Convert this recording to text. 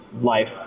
life